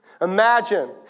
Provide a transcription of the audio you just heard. Imagine